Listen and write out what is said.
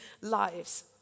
lives